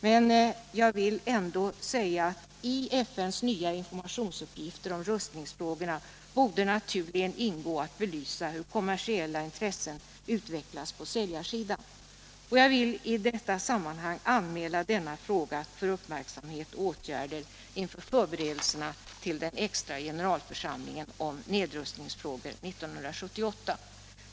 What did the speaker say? Men jag vill ändå hävda att det i FN:s nya informationsuppgifter när det gäller rustningsfrågorna borde naturligen ingå att belysa hur kommersiella intressen utvecklas på säljarsidan. Jag vill i detta sammanhang anmäla denna fråga för uppmärksamhet och åtgärder inför förberedelserna för den extra generalförsamlingen om nedrustningsfrågor 1978.